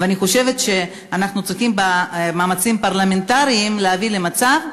ואני חושבת שאנחנו צריכים במאמצים פרלמנטריים להביא למצב,